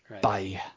Bye